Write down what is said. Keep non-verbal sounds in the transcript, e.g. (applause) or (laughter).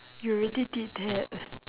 you already did that (noise)